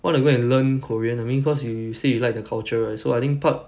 want to go and learn korean I mean cause yo~ you say you like the culture right so I think part